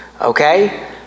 okay